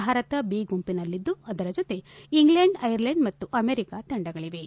Bharat B ಗುಂಪಿನಲ್ಲಿದ್ದು ಅದರ ಜೊತೆ ಇಂಗ್ಲೆಂಡ್ ಐರ್ಲೆಂಡ್ ಮತ್ತು ಅಮೆರಿಕಾ ತಂಡಗಳಿವೆ